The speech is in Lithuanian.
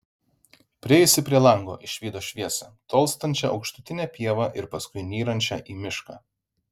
priėjusi prie lango išvydo šviesą tolstančią aukštutine pieva ir paskui nyrančią į mišką